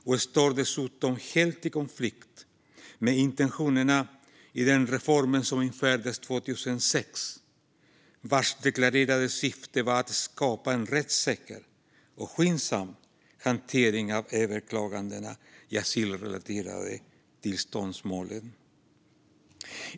Det står dessutom helt i konflikt med intentionerna i den reform som infördes 2006, vars deklarerade syfte var att skapa en rättssäker och skyndsam hantering av överklagandena i de asylrelaterade tillståndsmålen.